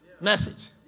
Message